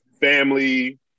family